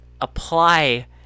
apply